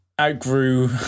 outgrew